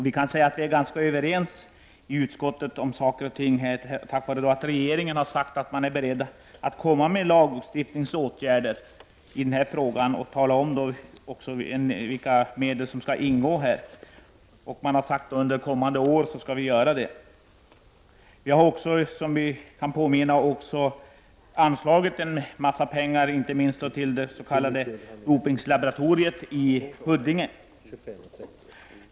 Vi är ganska överens i utskottet tack vare att regeringen har sagt att man är beredd att komma med förslag till lagstiftningsåtgärder i frågan och att tala om vilka medel som skall ingå. Man har sagt att detta förslag skall komma senare under året. Det har också anslagits en hel del pengar, inte minst till det s.k. dopningslaboratoriet i Huddinge.